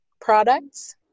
products